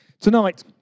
Tonight